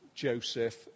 Joseph